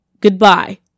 Goodbye